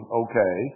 okay